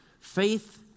faith